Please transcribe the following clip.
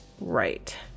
right